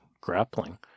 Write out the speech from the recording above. grappling